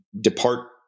depart